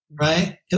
right